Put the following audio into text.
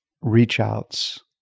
reach-outs